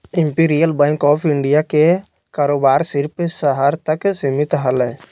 imperial bank of India के कारोबार सिर्फ़ शहर तक सीमित हलय